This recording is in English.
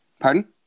Pardon